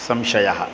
संशयः